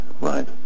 right